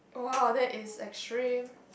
!wow! that is extreme